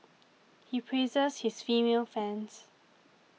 he praises his female fans